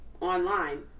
online